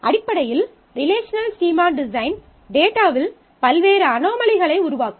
அடிப்படையில் relational schema design டேட்டாவில் பல்வேறு அனோமலிகளை உருவாக்கும்